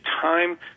time